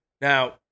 Now